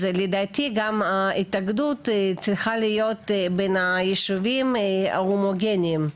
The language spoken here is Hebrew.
אז לדעתי גם ההתאגדות צריכה להיות בין היישובים ההומוגניים,